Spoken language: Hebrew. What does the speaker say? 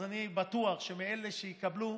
אז אני בטוח שמאלה שיקבלו,